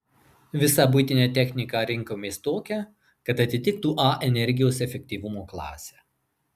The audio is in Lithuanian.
visą buitinę techniką rinkomės tokią kad atitiktų a energijos efektyvumo klasę